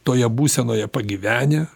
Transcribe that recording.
toje būsenoje pagyvenę